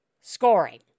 scoring